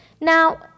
Now